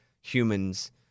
humans